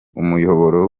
umuyoboro